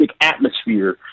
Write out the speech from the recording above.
atmosphere